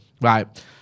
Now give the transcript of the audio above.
Right